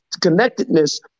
connectedness